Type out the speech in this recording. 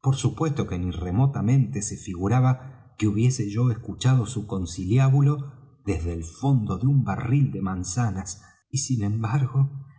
por supuesto que ni remotamente se figuraba que hubiese yo escuchado su conciliábulo desde el fondo de un barril de manzanas y sin embargo en